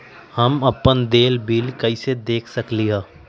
हम अपन देल बिल कैसे देख सकली ह?